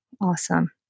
Awesome